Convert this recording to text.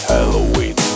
Halloween